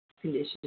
conditions